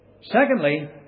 Secondly